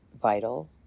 vital